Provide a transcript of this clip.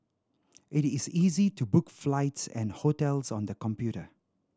it is easy to book flights and hotels on the computer